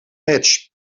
match